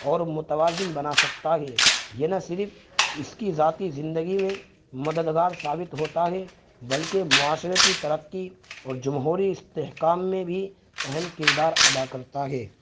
اور متوازن بنا سکتا ہے یہ نہ صرف اس کی ذاتی زندگی میں مددگار ثابت ہوتا ہے بلکہ معاشرتی ترقی اور جمہوری استحکام میں بھی اہم کردار ادا کرتا ہے